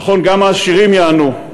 נכון, גם העשירים ייהנו,